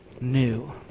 new